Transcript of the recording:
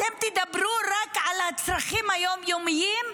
אתם תדברו רק על הצרכים היום-יומיים,